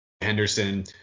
Henderson